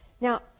Now